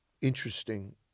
interesting